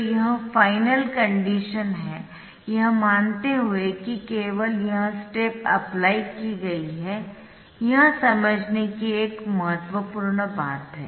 तो यह final condition है यह मानते हुए कि केवल यह स्टेप अप्लाई की गयी है यह समझने की एक महत्वपूर्ण बात है